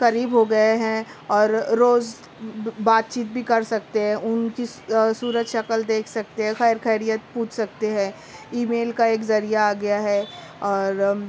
قریب ہوگئے ہیں اور روز بات چیت بھی کر سکتے ہیں ان کی صورت شکل دیکھ سکتے ہیں خیر خیریت پوچھ سکتے ہیں ای میل کا ایک ذریعہ آگیا ہے اور